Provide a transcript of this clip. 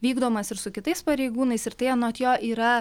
vykdomas ir su kitais pareigūnais ir tai anot jo yra